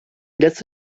letzte